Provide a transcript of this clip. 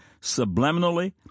subliminally